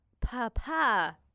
Papa